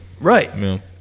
right